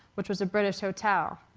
which was a british hotel.